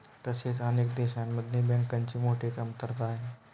तसेच अनेक देशांमध्ये बँकांची मोठी कमतरता आहे